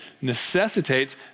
necessitates